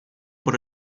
por